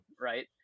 right